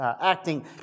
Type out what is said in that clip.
acting